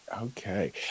Okay